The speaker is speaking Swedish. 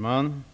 Herr talman!